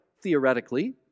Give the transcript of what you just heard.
theoretically